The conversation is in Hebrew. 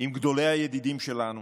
עם גדולי הידידים שלנו,